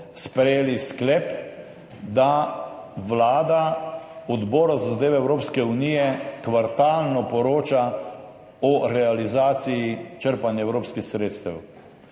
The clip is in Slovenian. sprejeli sklep, da Vlada Odboru za zadeve Evropske unije kvartalno poroča o realizaciji črpanja evropskih sredstev.